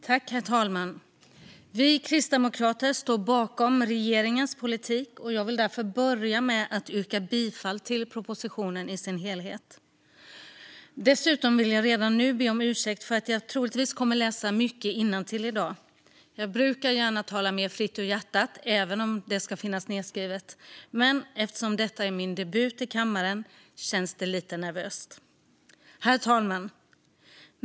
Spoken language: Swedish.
Herr talman! Vi kristdemokrater står bakom regeringens politik, och jag vill därför börja med att yrka bifall till utskottets förslag och propositionen. Dessutom vill jag redan nu be om ursäkt för att jag troligtvis kommer att läsa mycket innantill i dag. Jag brukar vanligtvis tala mer fritt ur hjärtat även om det ska finnas nedskrivet. Men eftersom detta är min debut i kammaren känns det lite nervöst. Herr talman!